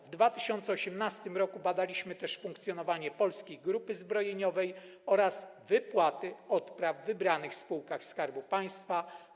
W 2018 r. badaliśmy też funkcjonowanie Polskiej Grupy Zbrojeniowej oraz wypłaty odpraw w wybranych spółkach Skarbu Państwa.